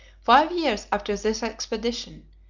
five years after this expedition,